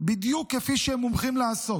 בדיוק כפי שהם מומחים לעשות.